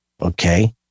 Okay